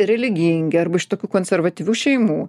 religingi arba iš tokių konservatyvių šeimų